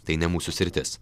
tai ne mūsų sritis